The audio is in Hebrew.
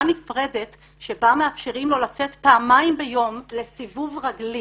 נפרדת שבה מאפשרים לו לצאת פעמיים ביום לסיבוב רגלי